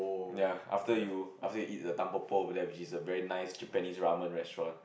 ya after you after you eat the Tampopo over there which is a very nice Japanese ramen restaurant